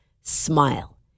smile